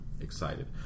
excited